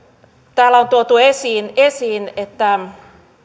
täällä on tuotu esiin esiin että